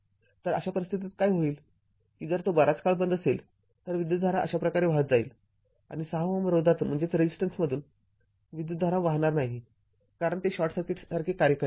तर अशा परिस्थितीत काय होईल की जर तो बराच काळ बंद असेल तर विद्युतधारा अशा प्रकारे वाहत जाईल आणि ६Ω रोधातून विद्युतधारा वाहणार नाही कारण ते शॉर्ट सर्किटसारखे कार्य करेल